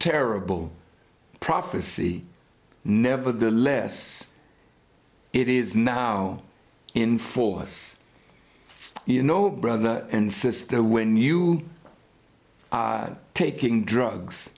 terrible prophecy nevertheless it is now in force you know brother and sister when you taking drugs